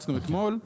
שהפצנו אתמול.